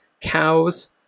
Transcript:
cows